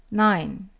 nine.